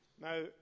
Now